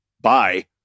Bye